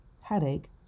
headache